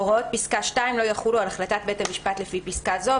הוראות פסקה (2) לא יחולו על החלטת בית המשפט לפי פסקה זו".